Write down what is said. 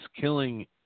Killing